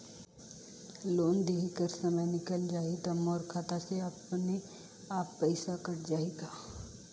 Loan देहे कर समय निकल जाही तो मोर खाता से अपने एप्प पइसा कट जाही का?